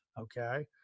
Okay